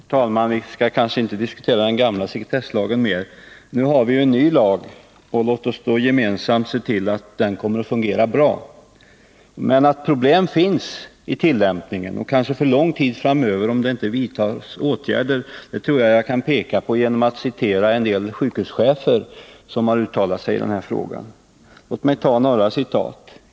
Herr talman! Vi skall kanske inte diskutera den gamla sekretesslagen mera. Nu har vi en ny lag, och låt oss gemensamt se till att den kommer att fungera bra. Det finns problem när det gäller tillämpningen — kanske för lång tid framöver om det inte vidtas åtgärder. Jag vill peka på detta genom att citera några sjukhuschefer, som har uttalat sig i frågan.